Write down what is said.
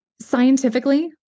Scientifically